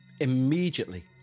Immediately